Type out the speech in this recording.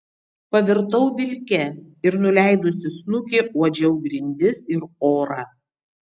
pavirtau vilke ir nuleidusi snukį uodžiau grindis ir orą